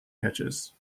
catches